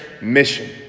Mission